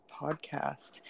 podcast